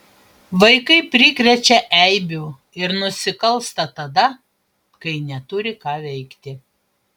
vaikai prikrečia eibių ir nusikalsta tada kai neturi ką veikti